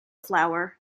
flower